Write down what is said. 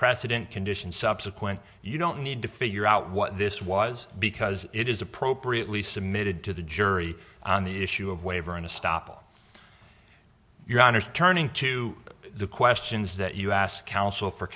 precedent condition subsequent you don't need to figure out what this was because it is appropriately submitted to the jury on the issue of waiver in a stop your honor turning to the questions that you asked counsel for